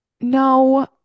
No